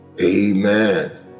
Amen